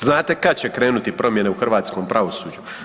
Znate kad će krenuti promjene u hrvatskom pravosuđu?